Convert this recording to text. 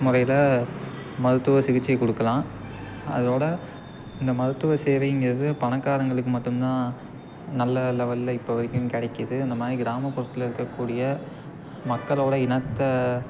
முறையில் மருத்துவ சிகிச்சை கொடுக்கலாம் அதோடய இந்த மருத்துவ சேவைங்கிறது பணக்காரங்களுக்கு மட்டுந்தான் நல்ல லெவல்ல இப்போ வரைக்கும் கிடைக்கிது இந்த மாதிரி கிராமப்புறத்தில் இருக்கக்கூடிய மக்களோடய இனத்தை